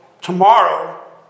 tomorrow